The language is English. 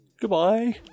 Goodbye